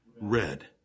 Red